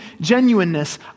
genuineness